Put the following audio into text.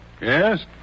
Yes